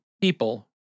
people